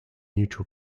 neutral